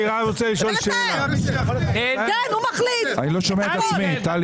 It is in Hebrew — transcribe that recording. כן, הוא מחליט, הכול.